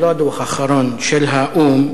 לא הדוח האחרון של האו"ם,